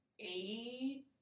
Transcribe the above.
eight